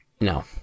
no